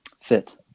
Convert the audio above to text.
Fit